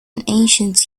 ancient